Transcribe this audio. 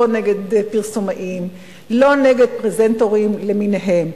לא נגד פרסומאים ולא נגד פרזנטורים למיניהם.